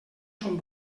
són